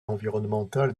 environnementale